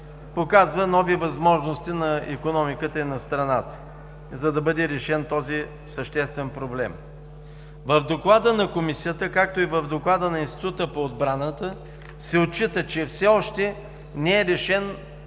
показва нови възможности на икономиката и на страната, за да бъде решен този съществен проблем. В Доклада на Комисията, както и в Доклада на Института по отбраната, се отчита, че все още не е решен